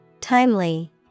Timely